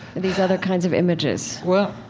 these other kinds of images? well,